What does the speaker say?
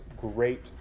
great